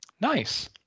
Nice